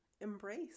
embrace